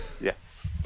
yes